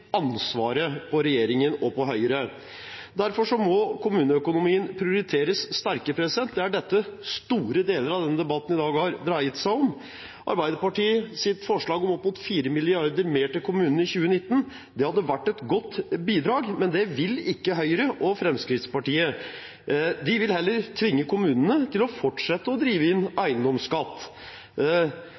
ansvaret på regjeringen og Høyre. Derfor må kommuneøkonomien prioriteres sterkere. Det er dette store deler av debatten i dag har dreid seg om. Arbeiderpartiets forslag med opp mot 4 mrd. kr mer til kommunene i 2019 hadde vært et godt bidrag, men det vil ikke Høyre og Fremskrittspartiet. De vil heller tvinge kommunene til å fortsette å drive inn eiendomsskatt.